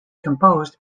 composed